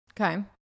Okay